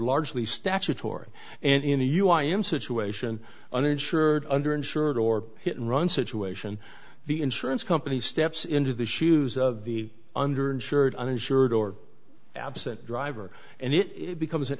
largely statutory and in the u i am situation uninsured under insured or hit and run situation the insurance company steps into the shoes of the under insured uninsured or absent driver and it becomes an